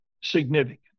significant